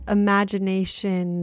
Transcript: imagination